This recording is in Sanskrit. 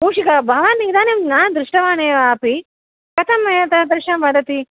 मूषिका भवान् इदानीं न दृष्टवानेव अपि कथम् एतादृशं वदति